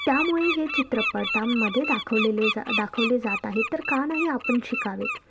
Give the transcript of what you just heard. त्यामुळे हे चित्रपटांमध्ये दाखवलेले जा दाखवले जात आहे तर का नाही आपण शिकावेत